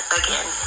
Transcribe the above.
again